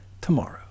tomorrow